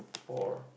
for